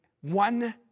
one